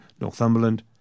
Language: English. Northumberland